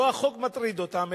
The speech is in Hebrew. לא החוק מטריד אותם,